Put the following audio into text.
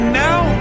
now